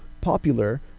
popular